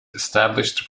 established